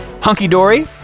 hunky-dory